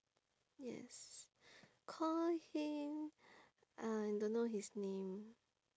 yes call him I don't know his name